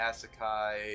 Asakai